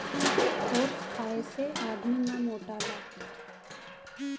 oats खाए से आदमी ना मोटाला